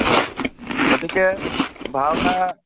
হয় গতিকে ভাওনা